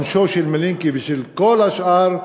עונשם של מלינקי ושל כל השאר,